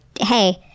hey